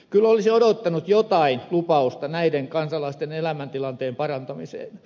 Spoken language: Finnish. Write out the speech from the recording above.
kyllä olisi odottanut jotain lupausta näiden kansalaisten elämäntilanteen parantamiseen